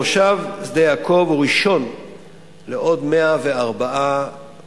המושב שדה-יעקב הוא ראשון לעוד 104 מושבים